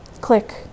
Click